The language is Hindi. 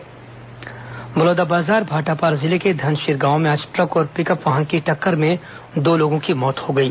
दुर्घटना बलौदाबाजार भाटापारा जिले के धनशिर गांव में आज ट्रक और पिकअप वाहन की टक्कर में दो लोगों की मौत हो गई